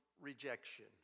rejection